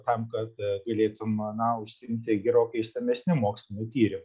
tam kad galėtum na užsiimti gerokai išsamesniu moksliniu tyrimu